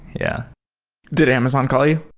yeah did amazon call yeah